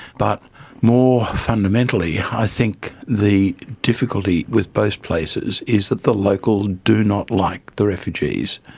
but more fundamentally, i think the difficulty with both places is that the locals do not like the refugees.